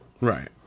Right